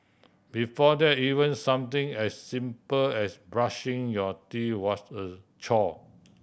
before that even something as simple as brushing your teeth was a chore